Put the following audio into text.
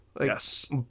Yes